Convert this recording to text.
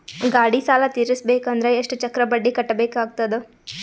ಗಾಡಿ ಸಾಲ ತಿರಸಬೇಕಂದರ ಎಷ್ಟ ಚಕ್ರ ಬಡ್ಡಿ ಕಟ್ಟಬೇಕಾಗತದ?